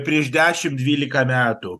prieš dešimt dvyliką metų